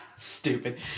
Stupid